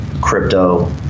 crypto